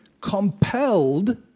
compelled